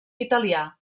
italià